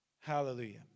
Hallelujah